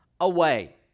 away